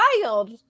wild